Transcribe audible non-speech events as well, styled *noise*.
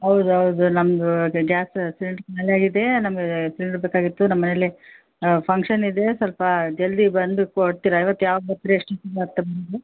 ಹೌದು ಹೌದು ನಮ್ಮದು ಗ್ಯಾಸ್ ಸಿಲಿಂಡ್ರು ಖಾಲಿಯಾಗಿದೆ ನಮಗೆ ಸಿಲಿಂಡರ್ ಬೇಕಾಗಿತ್ತು ನಮ್ಮ ಮನೆಯಲ್ಲಿ ಫಂಕ್ಷನ್ ಇದೆ ಸ್ವಲ್ಪ ಜಲ್ದಿ ಬಂದು ಕೊಡ್ತೀರಾ ಇವತ್ತು ಯಾವಾಗ ಬರ್ತೀರಾ ಎಷ್ಟೊತ್ತಿಗೆ ಬರ್ತೀರಾ *unintelligible*